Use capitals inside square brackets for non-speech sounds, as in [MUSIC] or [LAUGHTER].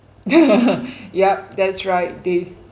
[LAUGHS] yup that's right they